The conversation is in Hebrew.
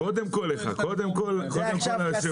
קודם כל יושב